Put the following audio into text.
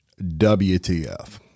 WTF